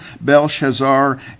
Belshazzar